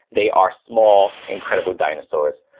they are small, incredible dinosaurs.